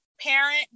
parent